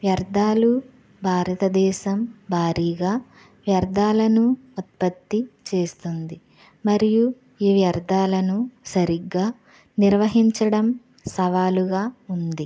వ్యర్ధాలు భారతదేశం భారీగా వ్యర్ధాలను ఉత్పత్తి చేస్తుంది మరియు ఈ వ్యర్ధాలను సరిగ్గా నిర్వహించడం సవాలుగా ఉంది